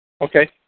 Okay